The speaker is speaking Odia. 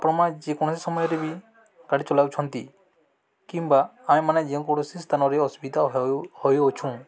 ଆମ ଯେକୌଣସି ସମୟରେ ବି ଗାଡ଼ି ଚଲାଉଛନ୍ତି କିମ୍ବା ଆମେମାନେେ ଯେକୌଣସି ସ୍ଥାନରେ ଅସୁବିଧା ହୋଇଅଛୁଁ